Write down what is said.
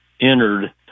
entered